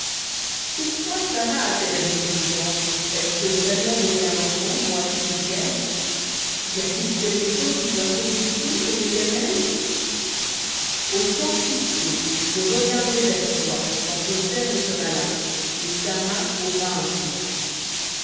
pourquoi sara a-t-elle ri disant est-ce que vraiment j'aurai un enfant moi qui suis vieille y a-t-il quelque chose qui soit trop difficile pour l'éternel au temps fixé je reviendrai vers toi quand terme sera là et sara aura un fils